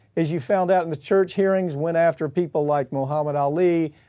as you found out in the church hearings went after people like mohammad ali,